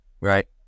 right